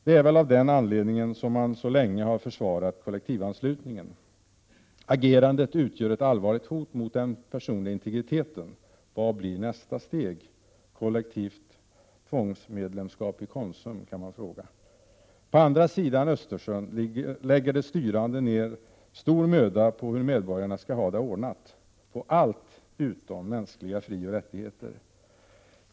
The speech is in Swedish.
Det är väl av den anledningen som man så länge har försvarat kollektivanslutningen. Agerandet utgör ett allvarligt hot mot den personliga integriteten. Vad blir nästa steg, kollektivt tvångsmedlemskap i Konsum? På andra sidan Östersjön lägger de styrande ned stor möda på hur medborgarna skall ha det ordnat, på allt utom mänskliga frioch rättigheter.